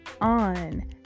on